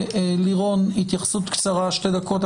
לירון, התייחסות קצרה, שתי דקות.